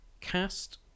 cast